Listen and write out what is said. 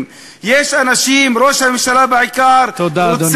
יש אנשים, ראש הממשלה בעיקר, תודה, אדוני.